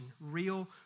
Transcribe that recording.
real